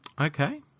Okay